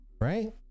right